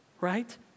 Right